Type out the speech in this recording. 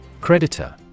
Creditor